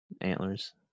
Antlers